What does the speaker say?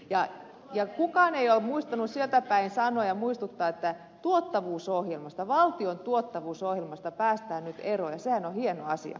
kukaan ei ole muistanut sieltäpäin sanoa ja muistuttaa että valtion tuottavuusohjelmasta päästään nyt eroon ja sehän on hieno asia